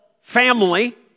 family